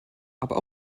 aber